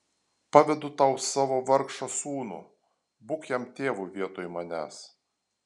pavedu tau savo vargšą sūnų būk jam tėvu vietoj manęs